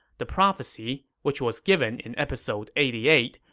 the prophecy, which was given in episode eighty eight,